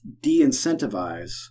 de-incentivize